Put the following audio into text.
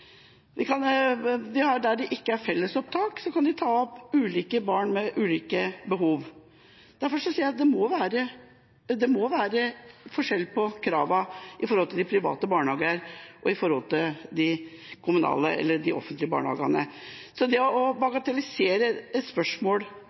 Der det ikke er fellesopptak, kan det tas opp barn med ulike behov. Derfor sier jeg at det må være forskjell på kravene i de private barnehagene i forhold til i de offentlige barnehagene. Så det å bagatellisere et spørsmål